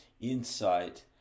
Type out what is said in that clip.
insight